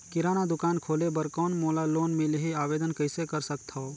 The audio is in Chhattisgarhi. किराना दुकान खोले बर कौन मोला लोन मिलही? आवेदन कइसे कर सकथव?